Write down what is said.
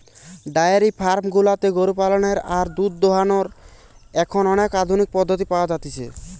diary farm গুলাতে গরু পালনের আর দুধ দোহানোর এখন অনেক আধুনিক পদ্ধতি পাওয়া যতিছে